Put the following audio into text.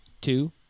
Two